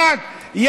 שמעת?